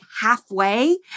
halfway